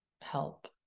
help